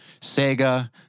Sega